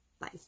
Bye